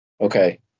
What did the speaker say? Okay